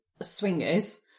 swingers